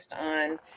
on